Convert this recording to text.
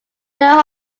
their